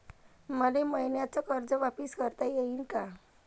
मले मईन्याचं कर्ज वापिस करता येईन का?